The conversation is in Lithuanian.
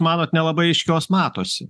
manot nelabai aiškios matosi